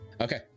Okay